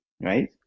right